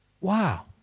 wow